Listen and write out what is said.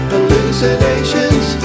Hallucinations